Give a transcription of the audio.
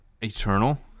eternal